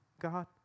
God